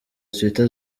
twitter